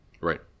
Right